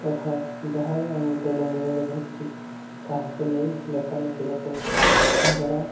କଥା ଯାହା ଆମର ଦୈନନ୍ଦିନର ଘଟୁଛି ତାହାକୁ ନେଇ ଲେଖା ଲେଖିବାକୁ ଏହାଦ୍ୱାରା